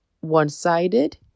one-sided